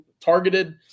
targeted –